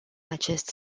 acest